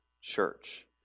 church